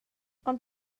ond